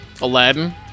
Aladdin